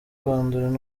kwandura